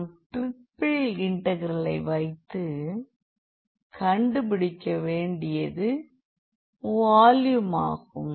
நாம் டிரிபிள் இன்டெகிரலை வைத்து கண்டுப்பிடிக்கவேண்டியது வால்யூம் ஆகும்